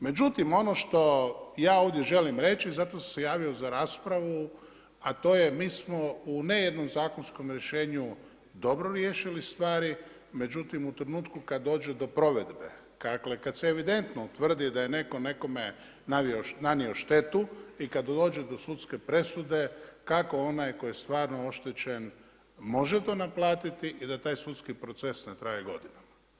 Međutim, ono što ja ovdje želim reći, zato sam se javio za raspravu a to je mi smo u ne jednom zakonskom rješenju dobro riješili stvari, međutim u trenutku kad dođe do provedbe, dakle kad se evidentno utvrdi da je netko nekome nanio štetu, i kad dođe do sudske presude, kako onaj koji je stvarno oštećen može to naplatiti i da taj sudski proces ne traje godinama.